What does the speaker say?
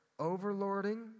Overlording